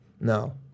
No